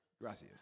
Gracias